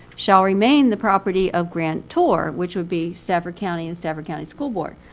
shall remain the property of grantor, which would be stafford county and stafford county school board.